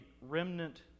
remnant